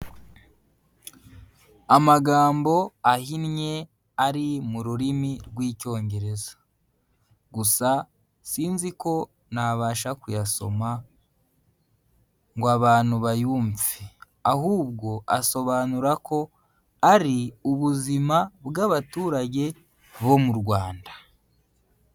Amagambo ahinnye ari mu rurimi rw'Icyongereza. Gusa sinzi ko nabasha kuyasoma ngo abantu bayumve, ahubwo asobanura ko ari ubuzima bw'abaturage bo mu Rwanda.